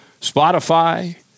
Spotify